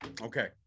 okay